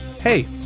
hey